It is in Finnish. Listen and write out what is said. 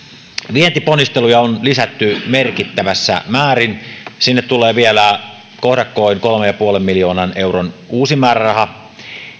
vientiponnisteluja on lisätty merkittävässä määrin sinne tulee vielä kohdakkoin kolmen pilkku viiden miljoonan euron uusi määräraha